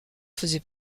faisait